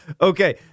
Okay